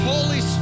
Holy